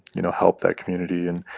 you know, help that community and,